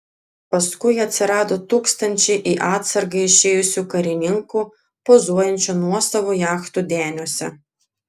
paskui atsirado tūkstančiai į atsargą išėjusių karininkų pozuojančių nuosavų jachtų deniuose